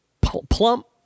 plump